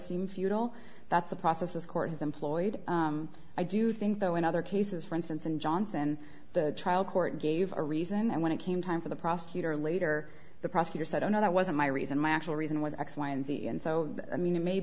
seem futile that's the process this court has employed i do think though in other cases for instance in johnson the trial court gave a reason and when it came time for the prosecutor later the prosecutor said oh no that wasn't my reason my actual reason was x y and z and so i mean it may